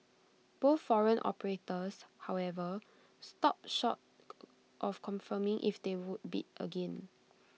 both foreign operators however stopped short of confirming if they would bid again